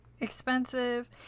expensive